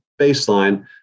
baseline